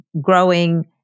growing